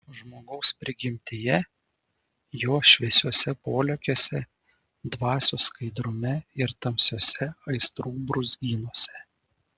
žmogaus prigimtyje jo šviesiuose polėkiuose dvasios skaidrume ir tamsiuose aistrų brūzgynuose